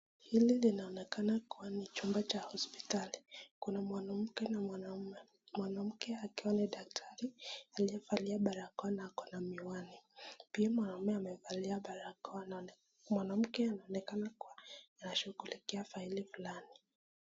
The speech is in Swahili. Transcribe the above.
Hili linaonekana kuwa ni chumba cha hospitali, kuna mwanamke na mwanamume, mwanamke akiwa ni daktari aliyevalia barakoa na ako na miwani, mwanamke anaonekana kuwa anashughulikia faili fulani.